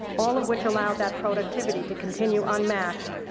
all of which allowed that productivity to continue unmatched,